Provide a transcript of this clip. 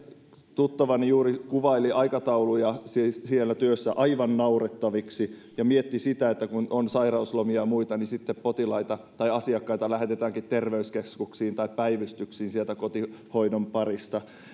tuttavani juuri kuvaili aikatauluja siinä työssä aivan naurettaviksi ja mietti sitä että kun on sairauslomia ja muita niin sitten asiakkaita lähetetäänkin terveyskeskuksiin tai päivystyksiin sieltä kotihoidon parista